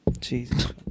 Jesus